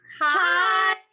Hi